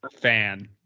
fan